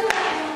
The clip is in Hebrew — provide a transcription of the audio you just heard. נא לסיים.